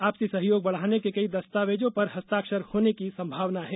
आपसी सहयोग बढ़ाने के कई दस्तावेज पर हस्ताक्षर होने की संभावना है